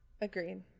agreed